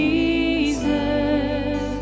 Jesus